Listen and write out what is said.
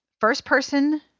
first-person